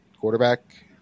quarterback